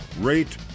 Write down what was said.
rate